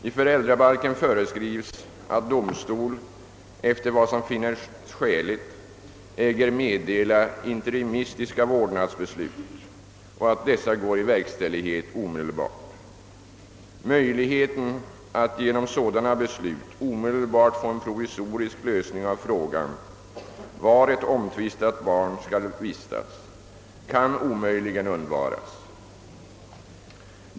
I föräldrabalken föreskrivs att domstol efter vad som finnes skäligt äger meddela interimistiska vårdnadsbeslut och att dessa går i verkställighet omedelbart. Möjligheten att genom sådana beslut omedelbart få en provisorisk lösning av frågan, var ett omtvistat barn skall vistas, kan omöjligen undvaras.